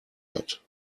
hat